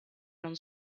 non